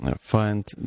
find